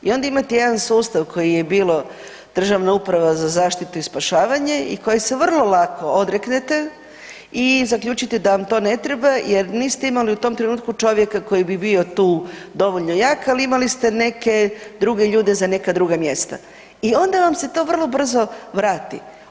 I onda imate jedan sustav koji je bilo Državna uprava za zaštitu i spašavanje i koji se vrlo lako odreknete i zaključite da vam to ne treba jer niste imali u tom trenutku čovjeka koji bi bio tu dovoljno jak, ali imali ste neke druge ljude za neka druga mjesta i onda vam se to vrlo brzo vrati.